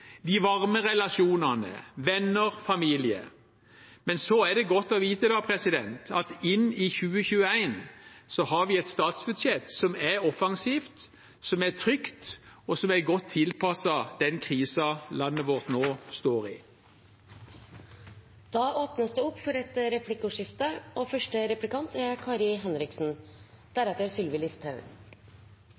de varme relasjonene, venner og familie. Men så er det godt å vite at for 2021 har vi et statsbudsjett som er offensivt, som er trygt, og som er godt tilpasset den krisen landet vårt nå står i. Det blir replikkordskifte. Representanten Grøvan snakket om at dette var et